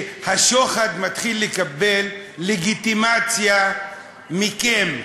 שהשוחד מתחיל לקבל לגיטימציה מכם.